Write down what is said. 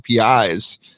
APIs